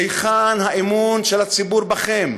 היכן האמון של הציבור בכם?